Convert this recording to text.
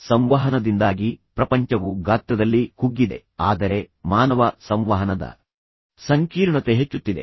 ಸಂವಹನದಿಂದಾಗಿ ಪ್ರಪಂಚವು ಗಾತ್ರದಲ್ಲಿ ಕುಗ್ಗಿದೆ ಆದರೆ ಮಾನವ ಸಂವಹನದ ಸಂಕೀರ್ಣತೆ ಹೆಚ್ಚುತ್ತಿದೆ